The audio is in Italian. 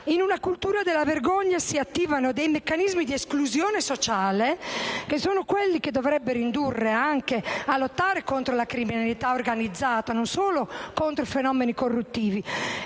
In una cultura della vergogna si attivano dei meccanismi di esclusione sociale che sono quelli che dovrebbe indurre anche a lottare contro la criminalità organizzata e non solo contro i fenomeni corruttivi.